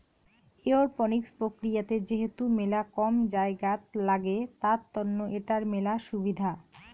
aeroponics প্রক্রিয়াতে যেহেতু মেলা কম জায়গাত লাগে, তার তন্ন এটার মেলা সুবিধা